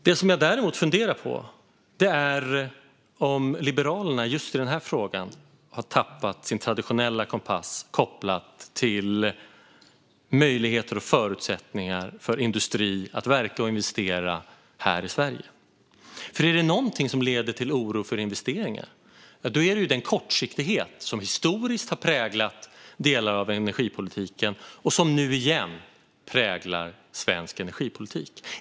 Det jag däremot funderar på är om Liberalerna just i den här frågan har tappat sin traditionella kompass kopplad till möjligheter och förutsättningar för industri att verka och investera här i Sverige. Om det är någonting som leder till oro för investeringar är det den kortsiktighet som historiskt har präglat delar av energipolitiken och som nu igen präglar svensk energipolitik.